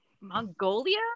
Mongolia